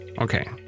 Okay